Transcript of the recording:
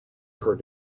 per